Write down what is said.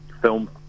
film